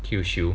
Kyushu